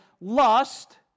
lust